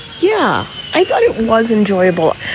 yeah i thought it was enjoyable.